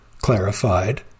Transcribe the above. clarified